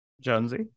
Jonesy